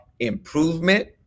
Improvement